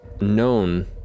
known